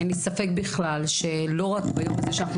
אין לי ספק בכלל שלא רק ביום הזה שאנחנו